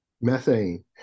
methane